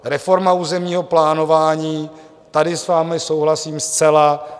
Reforma územního plánování tady s vámi souhlasím zcela.